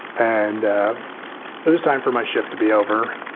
and it is time for my shift to be over.